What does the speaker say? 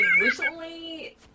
recently